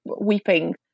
weeping